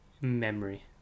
memory